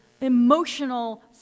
emotional